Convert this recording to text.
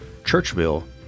Churchville